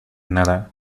nada